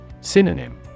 Synonym